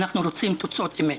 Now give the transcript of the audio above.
אנחנו רוצים בחירות אמת.